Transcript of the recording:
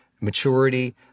maturity